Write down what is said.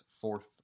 fourth